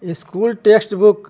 school text book